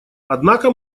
однако